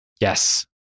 Yes